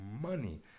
money